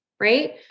right